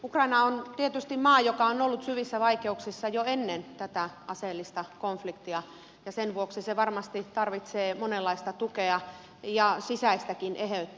ukraina on tietysti maa joka on ollut syvissä vaikeuksissa jo ennen tätä aseellista konfliktia ja sen vuoksi se var masti tarvitsee monenlaista tukea ja sisäistäkin eheyttä